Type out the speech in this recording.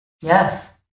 Yes